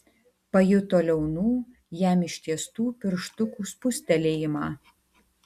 pajuto liaunų jam ištiestų pirštukų spustelėjimą